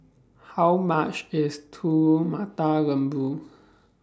How much IS Telur Mata Lembu